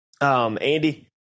Andy